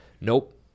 Nope